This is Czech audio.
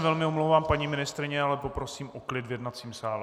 Velmi se omlouvám, paní ministryně, ale poprosím o klid v jednacím sále.